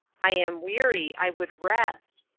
i am weary, i would rest.